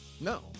No